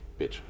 bitch